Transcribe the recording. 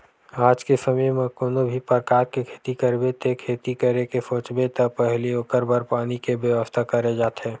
आज के समे म कोनो भी परकार के खेती करबे ते खेती करे के सोचबे त पहिली ओखर बर पानी के बेवस्था करे जाथे